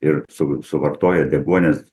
ir su suvartoja deguonies